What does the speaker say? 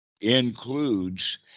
includes